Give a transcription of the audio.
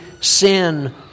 sin